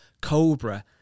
cobra